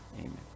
Amen